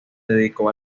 dedicó